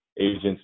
agents